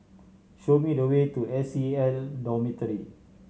show me the way to S C N Dormitory